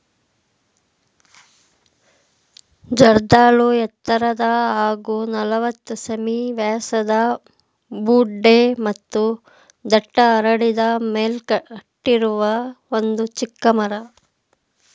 ಜರ್ದಾಳು ಎತ್ತರದ ಹಾಗೂ ನಲವತ್ತು ಸೆ.ಮೀ ವ್ಯಾಸದ ಬೊಡ್ಡೆ ಮತ್ತು ದಟ್ಟ ಹರಡಿದ ಮೇಲ್ಕಟ್ಟಿರುವ ಒಂದು ಚಿಕ್ಕ ಮರ